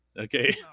okay